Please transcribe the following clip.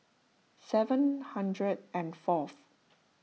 seven hundred and fourth